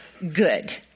Good